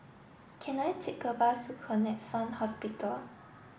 can I take a bus to Connexion Hospital